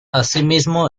asimismo